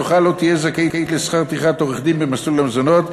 זוכה לא תהיה זכאית לשכר טרחת עורך-דין במסלול המזונות,